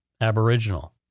Aboriginal